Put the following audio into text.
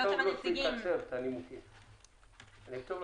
אני מצטערת, אני אחדד.